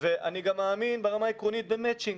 ואני גם מאמין ברמה עקרונית במצ'ינג.